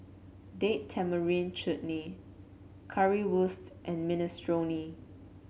Date Tamarind Chutney Currywurst and Minestrone